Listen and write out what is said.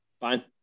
Fine